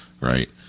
right